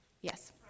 Yes